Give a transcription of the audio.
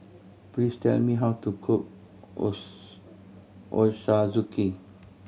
please tell me how to cook Ochazuke